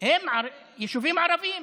הן יישובים ערביים: